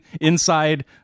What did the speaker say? inside